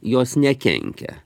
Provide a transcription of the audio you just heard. jos nekenkia